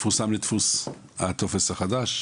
יפורסם הטופס החדש.